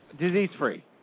Disease-free